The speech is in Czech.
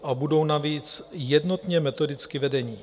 a budou navíc jednotně metodicky vedeni.